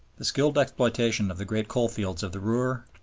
the skilled exploitation of the great coalfields of the ruhr,